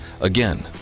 Again